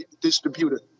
distributor